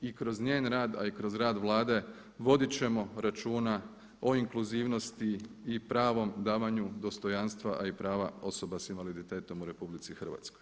I kroz njen rad, a i kroz rad Vlade vodit ćemo računa o inkluzivnosti i pravom davanju dostojanstva a i prava osoba s invaliditetom u RH.